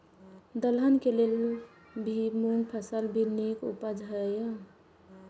दलहन के लेल भी मूँग फसल भी नीक उपजाऊ होय ईय?